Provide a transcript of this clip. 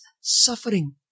suffering